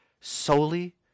solely